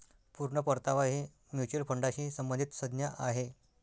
पूर्ण परतावा ही म्युच्युअल फंडाशी संबंधित संज्ञा आहे